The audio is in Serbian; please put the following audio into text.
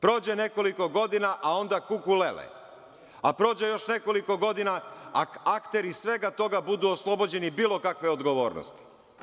Prođe nekoliko godina, a onda kuku lele, prođe još nekoliko godina, akteri svega toga budu oslobođeni bilo kakve odgovornosti.